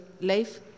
life